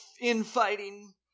infighting